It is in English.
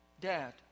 Dad